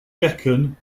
deccan